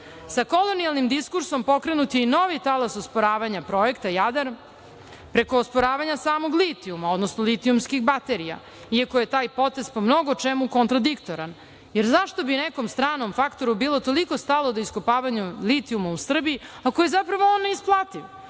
kolonijalnim diskursom pokrenut je i novi talas usporavanja projekta Jadar preko osporavanja samog litijuma, odnosno litijumski baterija, iako je taj potez po mnogo čemu kontradiktoran. Jer, zašto bi nekom stranom faktoru bilo toliko stalo do iskopavanja litijuma u Srbiji ako je zapravo on neisplativ